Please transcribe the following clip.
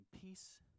peace